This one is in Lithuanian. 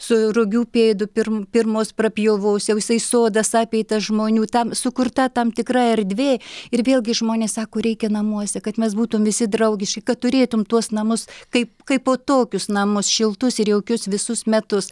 su rugių pėdu pirm pirmos prapjovos jau jisai sodas apeitas žmonių tam sukurta tam tikra erdvė ir vėlgi žmonės sako reikia namuose kad mes būtum visi draugiškai kad turėtum tuos namus kaip kaipo tokius namus šiltus ir jaukius visus metus